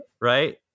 right